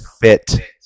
fit